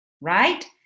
right